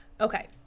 Okay